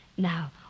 Now